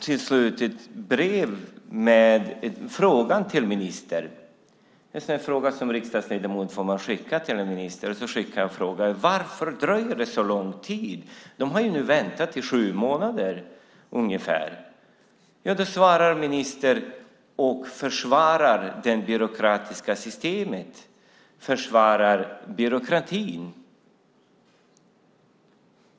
Till slut skickade jag i egenskap av riksdagsledamot en fråga till ministern: Varför dröjer det så lång tid? De har väntat i sju månader. Ministern svarade med att försvara byråkratin.